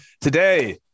Today